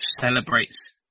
celebrates